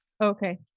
okay